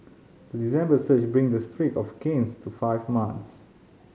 the December surge bring the streak of gains to five months